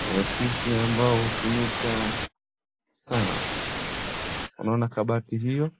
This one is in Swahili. Ni afisi ambayo hutumika sana, unaona kabati hiyo,